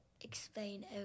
explain